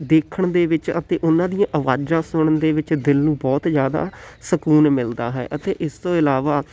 ਦੇਖਣ ਦੇ ਵਿੱਚ ਅਤੇ ਉਹਨਾਂ ਦੀਆਂ ਆਵਾਜ਼ਾਂ ਸੁਣਨ ਦੇ ਵਿੱਚ ਦਿਲ ਨੂੰ ਬਹੁਤ ਜ਼ਿਆਦਾ ਸਕੂਨ ਮਿਲਦਾ ਹੈ ਅਤੇ ਇਸ ਤੋਂ ਇਲਾਵਾ